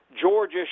Georgia